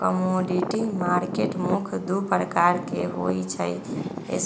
commodity market मुख्य दु प्रकार के होइ छइ